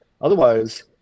Otherwise